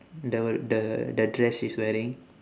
the the the dress she's wearing